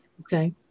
Okay